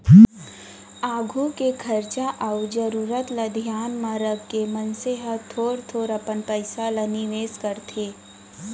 आघु के खरचा अउ जरूरत ल धियान म रखके मनसे ह थोर थोर अपन पइसा ल निवेस करथे